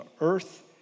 earth